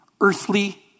Earthly